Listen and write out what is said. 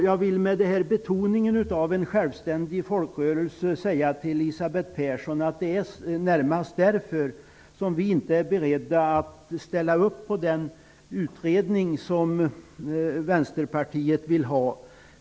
Jag vill betona att det är en självständig folkrörelse, och jag vill säga till Elisabeth Persson att det närmast är därför som vi inte är beredda att ställa upp på den utredning som Vänsterpartiet vill ha.